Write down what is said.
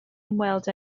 ymweld